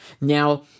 Now